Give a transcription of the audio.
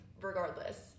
regardless